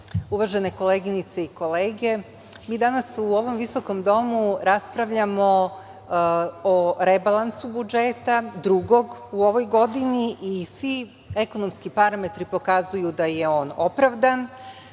uvažene koleginice i kolege, mi danas u ovom visokom Domu raspravljamo o rebalansu budžeta drugog u ovoj godini i svi ekonomski parametri pokazuju da je on opravdan,